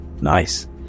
Nice